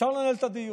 אפשר לנהל את הדיון,